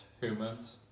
humans